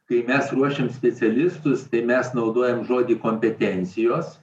kai mes ruošiam specialistus tai mes naudojam žodį kompetencijos